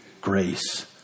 grace